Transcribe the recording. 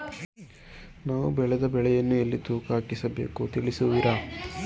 ನಾವು ಬೆಳೆದ ಬೆಳೆಗಳನ್ನು ಎಲ್ಲಿ ತೂಕ ಹಾಕಿಸ ಬೇಕು ತಿಳಿಸುವಿರಾ?